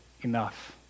enough